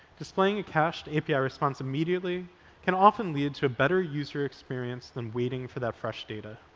displaying a cached api response immediately can often lead to better user experience than waiting for that fresh data.